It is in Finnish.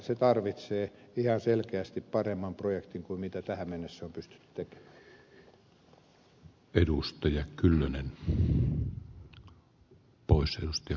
se tarvitsee ihan selkeästi paremman projektin kuin tähän mennessä on pystytty tekemään